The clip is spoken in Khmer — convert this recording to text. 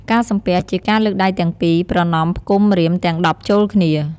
ការសំពះ ជាការលើកដៃទាំងពីរ ប្រណមផ្គុំម្រាមទាំង១០ចូលគ្នា។